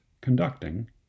conducting